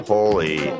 Holy